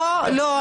לא.